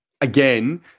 again